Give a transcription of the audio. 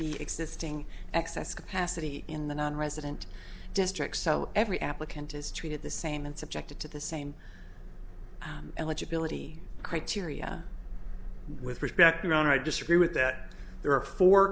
be existing excess capacity in the nonresident districts so every applicant is treated the same and subjected to the same eligibility criteria with respect your honor i disagree with that there are four